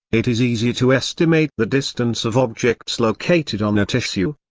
it is easier to estimate the distance of objects located on a tissue.